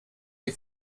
die